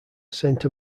saint